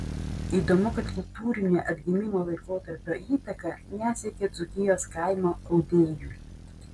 įdomu kad kultūrinė atgimimo laikotarpio įtaka nesiekė dzūkijos kaimo audėjų